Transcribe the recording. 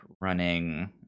running